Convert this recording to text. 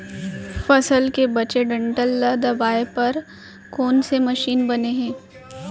फसल के बचे डंठल ल दबाये बर कोन से मशीन बने हे?